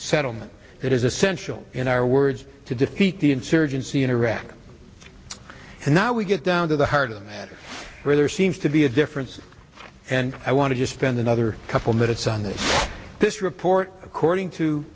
settlement that is essential in our words to defeat the insurgency in iraq and now we get down to the heart of the matter where there seems to be a difference and i want to spend another couple minutes on this this report according to